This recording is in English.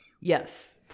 Yes